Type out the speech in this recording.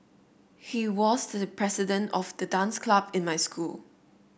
he was the president of the dance club in my school